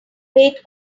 wait